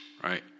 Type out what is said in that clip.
Right